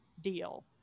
deal